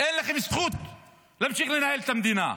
אין לכם זכות להמשיך לנהל את המדינה,